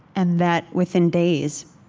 and that, within days,